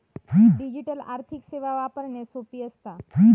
digital आर्थिक सेवा वापरण्यास सोपी असता